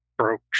broke